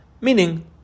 Meaning